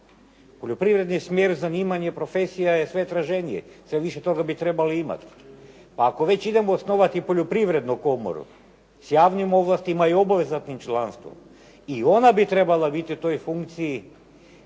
Poljoprivredni smjer zanimanje i profesija je sve traženije, sve više bi toga trebali imati. Pa ako već idemo osnovati poljoprivrednu komoru, s javnim ovlastima i s obveznim članstvom i ona bi trebala biti u toj funkciji